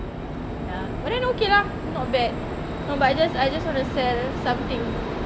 ya but then okay lah not bad no but I just I just want to sell something